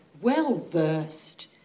well-versed